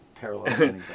parallel